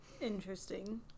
Interesting